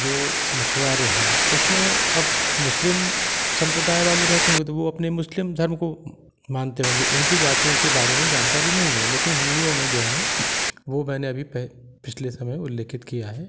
जो मछुआरे हैं उसमें अब मुस्लिम सम्प्रदाय वाले रहते होंगे तो वो अपने मुस्लिम धर्म को मानते होंगे उनकी जातियों के बारे में जानकारी नहीं है लेकिन हिन्दुओं में जो है वो मैंने अभी पै पिछले समय उल्लेखित किया है